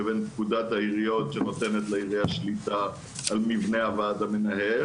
לבין פקודת העיריות שנותנת לעירייה שליטה על מבנה הוועד המנהל